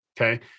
okay